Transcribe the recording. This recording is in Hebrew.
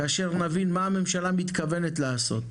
כאשר נבין מה הממשלה מתכוונת לעשות.